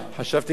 על פרחים.